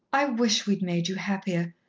i wish we'd made you happier,